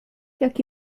jaki